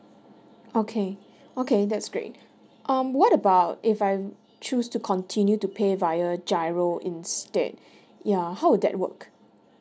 okay okay that's great um what about if I choose to continue to pay via GIRO instead ya how would that work